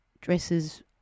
dresses